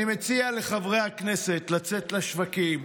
אני מציע לחברי הכנסת לצאת לשווקים,